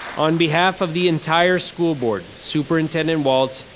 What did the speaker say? on behalf of the entire school board, superintendent walts,